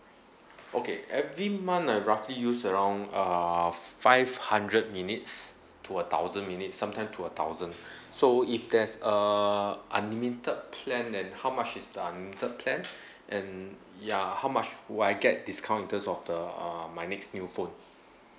okay every month I roughly use around uh five hundred minutes to a thousand minutes sometime to a thousand so if there's a unlimited plan then how much is the unlimited plan and ya how much do I get discount in terms of the uh my next new phone